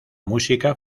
música